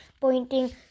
pointing